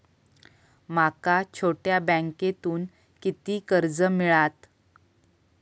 माका छोट्या बँकेतून किती कर्ज मिळात?